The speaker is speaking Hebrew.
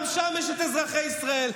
גם שם יש את אזרחי ישראל,